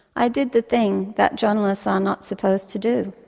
i did the thing that journalists are not supposed to do.